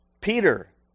Peter